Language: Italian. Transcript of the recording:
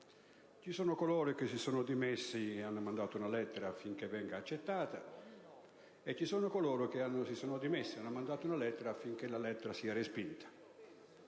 Ci sono coloro che si sono dimessi e hanno mandato una lettera affinché questa venga accettata e ci sono coloro che si sono dimessi e hanno mandato una lettera affinché questa sia respinta